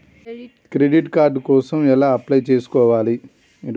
Credit card కోసం ఎలా apply చేసుకోవాలి?